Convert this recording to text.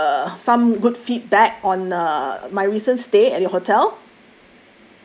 give uh some good feedback on uh my recent stay at your hotel